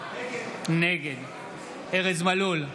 נגד ארז מלול,